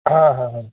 ह ह ह